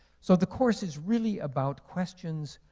so the course is really about questions,